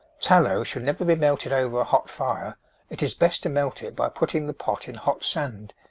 tallow should never be melted over a hot fire it is best to melt it by putting the pot in hot sand.